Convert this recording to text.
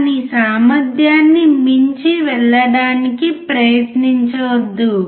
దాని సామర్థ్యాన్ని మించి వెళ్ళడానికి ప్రయత్నించవద్దు